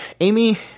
Amy